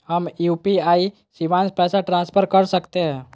हम यू.पी.आई शिवांश पैसा ट्रांसफर कर सकते हैं?